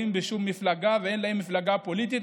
בשום מפלגה ואין להם מפלגה פוליטית.